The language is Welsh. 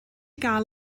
gael